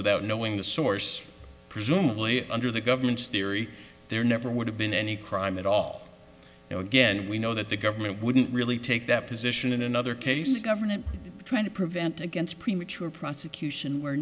without knowing the source presumably under the government's theory there never would have been any crime at all you know again we know that the government wouldn't really take that position in another case the government trying to prevent against premature prosecution where